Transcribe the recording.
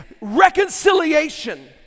reconciliation